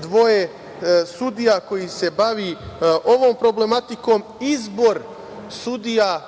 dvoje sudija koji se bave ovom problematikom. Izbor sudija,